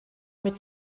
mit